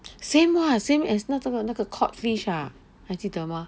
same lah same as 那这样那个 codfish ah 还记得吗